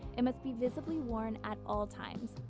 it must be visibly worn at all times.